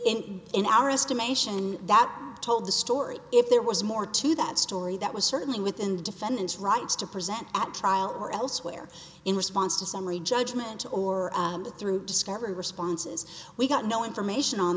in in our estimation that told the story if there was more to that story that was certainly within the defendant's rights to present at trial or elsewhere in response to summary judgment or through discovery responses we got no information on